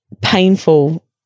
painful